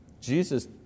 Jesus